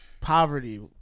poverty